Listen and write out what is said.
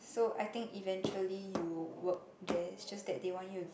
so I think eventually you work there it's just that they want you